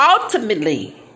ultimately